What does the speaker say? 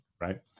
right